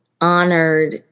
honored